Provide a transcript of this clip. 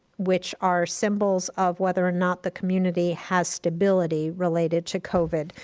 which are symbols of whether or not the community has stability related to covid.